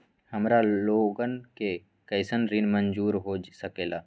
हमार लोगन के कइसन ऋण मंजूर हो सकेला?